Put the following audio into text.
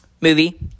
Movie